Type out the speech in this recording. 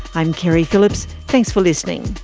i'm keri phillips. thanks for listening